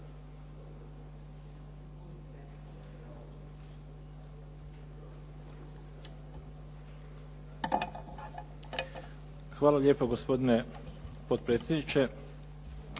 Hvala lijepa gospodine potpredsjedniče.